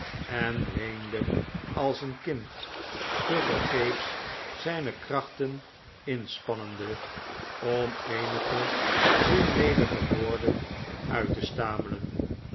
en weende als een kind tevergeefs zijne krachten inspannende om eenige zinledige woorden uit te stamelen